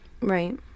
right